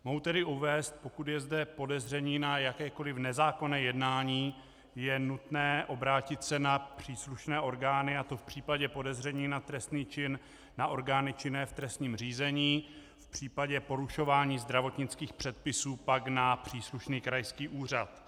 Mohu tedy uvést, pokud je zde podezření na jakékoliv nezákonné jednání, je nutné obrátit se na příslušné orgány, a to v případě podezření na trestný čin na orgány činné v trestním řízení, v případě porušování zdravotnických předpisů pak na příslušný krajský úřad.